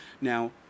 Now